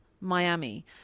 Miami